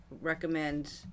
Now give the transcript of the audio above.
recommend